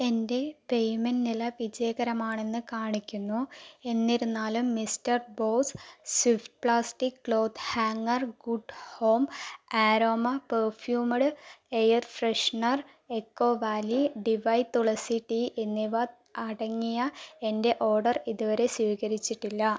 എന്റെ പേയ്മെന്റ് നില വിജയകരമാണെന്ന് കാണിക്കുന്നു എന്നിരുന്നാലും mister Boss swift plastic cloth hanger Good Home aroma perfumed air freshener Echo Valley D Y tulsi tea എന്നിവ അടങ്ങിയ എന്റെ ഓഡർ ഇതുവരെ സ്ഥിരീകരിച്ചിട്ടില്ല